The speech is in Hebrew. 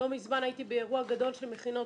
לא מזמן הייתי באירוע גדול של מכינות